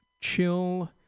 chill